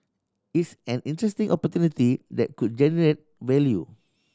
it's an interesting opportunity that could generate value